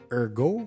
ergo